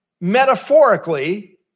metaphorically